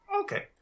Okay